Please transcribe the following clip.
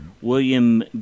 William